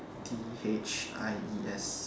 T H I E S